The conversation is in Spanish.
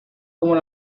con